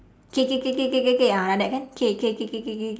K K K K K K K ah like that can K K K K K K